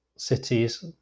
Cities